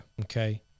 Okay